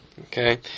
okay